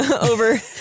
over